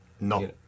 No